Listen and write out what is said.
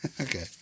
Okay